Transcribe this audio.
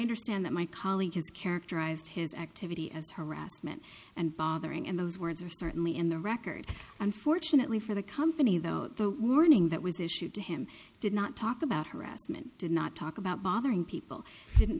understand that my colleague has characterized his activity as harassment and bothering and those words are certainly in the record unfortunately for the company though the warning that was issued to him did not talk about harassment did not talk about bothering people didn't